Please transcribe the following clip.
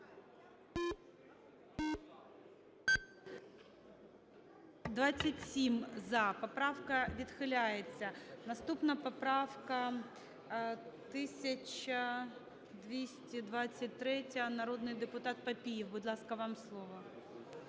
За-27 Поправка відхиляється. Наступна поправка – 1223, народний депутат Папієв. Будь ласка, вам слово.